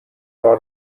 راه